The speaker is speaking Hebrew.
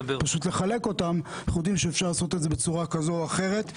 אנחנו יודעים שאפשר לעשות את זה בצורה כזו או אחרת.